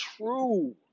true